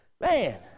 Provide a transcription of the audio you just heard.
Man